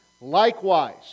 Likewise